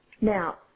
Now